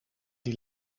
die